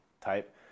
type